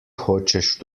hočeš